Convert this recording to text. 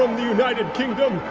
um the united kingdom,